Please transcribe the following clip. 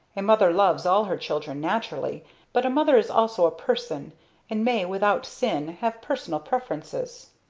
a mother loves all her children, naturally but a mother is also a person and may, without sin, have personal preferences.